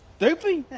doopey?